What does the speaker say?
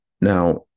Now